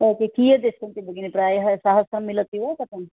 ओ कियद् सन्ति भगिनि प्रायः सहस्रं मिलति वा कथम्